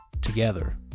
together